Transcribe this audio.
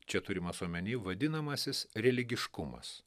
čia turimas omeny vadinamasis religiškumas